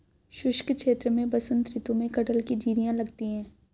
शुष्क क्षेत्र में बसंत ऋतु में कटहल की जिरीयां लगती है